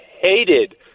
hated –